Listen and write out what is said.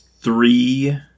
Three